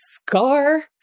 scar